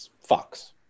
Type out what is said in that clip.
Fox